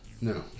No